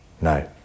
No